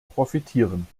profitieren